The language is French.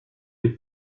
les